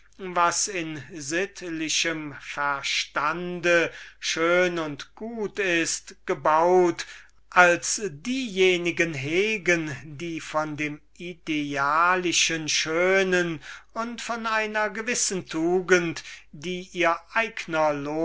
was in sittlichem verstande schön und gut ist gebaut als diejenigen hegen die von dem idealischen schönen und von einer gewissen tugend die ihr eigner